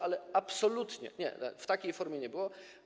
Absolutnie, nie, w takiej formie nie było.